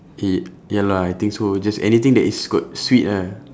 y~ ya lah I think so just anything that is got sweet ah